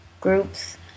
groups